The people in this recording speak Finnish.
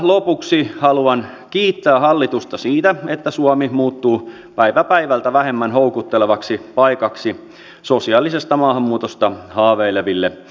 lopuksi haluan kiittää hallitusta siitä että suomi muuttuu päivä päivältä vähemmän houkuttelevaksi paikaksi sosiaalisesta maahanmuutosta haaveileville